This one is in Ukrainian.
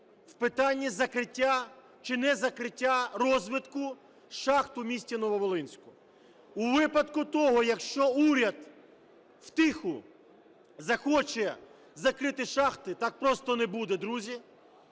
в питанні закриття чи незакриття розвитку шахт у місті Нововолинську. У випадку того, якщо уряд в тиху захоче закрити шахти, так просто не буде, друзі.